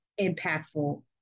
impactful